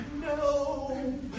No